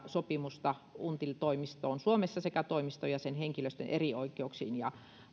sopimusta until toimistoon suomessa sekä toimiston ja sen henkilöstön erioikeuksiin ja